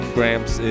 Gramps